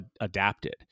adapted